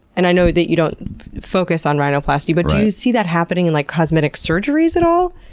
and i know that you don't focus on rhinoplasty, but do you see that happening in like cosmetic surgeries at all?